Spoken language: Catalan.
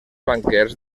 banquers